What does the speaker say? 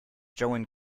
joan